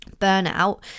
burnout